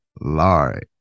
Lori